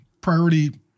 priority